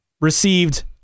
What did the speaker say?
received